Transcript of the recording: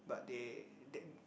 but they them